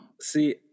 see